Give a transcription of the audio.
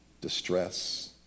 distress